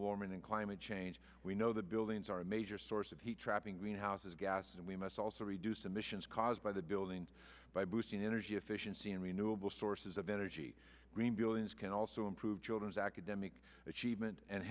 warming and i meant change we know the buildings are a major source of heat trapping greenhouse gases and we must also reduce emissions caused by the building by boosting energy efficiency and renewable sources of energy green buildings can also improve children's academic achievement and